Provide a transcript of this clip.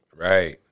Right